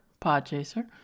Podchaser